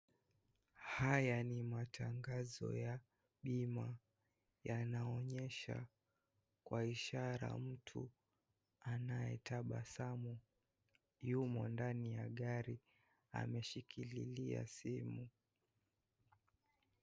Haya ni matangazo ya bima, yanaonyesha kwa ishara mtu anayetabasamu yumo ndani ya gari ameshikililia simu.